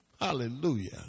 hallelujah